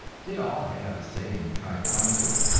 they all have a say in the tribe councils,